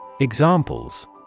Examples